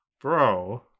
bro